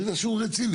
שאני יודע שהוא רציני,